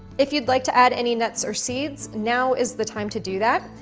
if you'd like to add any nuts or seeds, now is the time to do that,